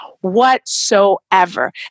whatsoever